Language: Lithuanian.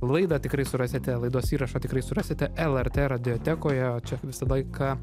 laidą tikrai surasite laidos įrašą tikrai surasite lrt radiotekoje o čia visą laiką